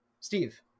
Steve